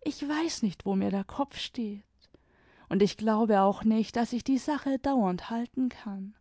ich weiß nicht wo mir der kopf steht und ich glaube auch nicht daß ich die sache dauernd halten kann